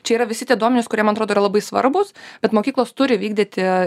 čia yra visi tie duomenys kurie man atrodo yra labai svarbūs bet mokyklos turi vykdyti